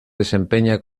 desempeña